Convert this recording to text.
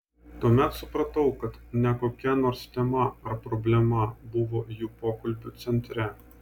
tuomet supratau kad ne kokia nors tema ar problema buvo jų pokalbio centre